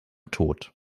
tod